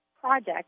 project